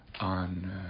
on